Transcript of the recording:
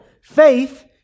faith